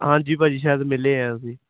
ਹਾਂਜੀ ਭਾਅ ਜੀ ਸ਼ਾਇਦ ਮਿਲੇ ਆ ਅਸੀਂ